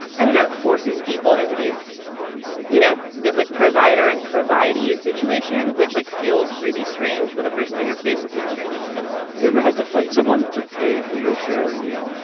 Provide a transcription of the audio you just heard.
i don't know forces people into these you know this like provider and provide a situation which like feels really strange with a person that you're basically a stranger would have you ever had to fight someone to pay for your share of the meal.